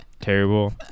terrible